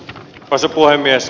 pasi puhemies